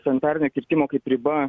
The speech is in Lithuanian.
sanitarinio kirtimo kaip riba